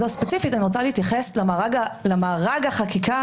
ספציפית אני רוצה להתייחס למארג החקיקה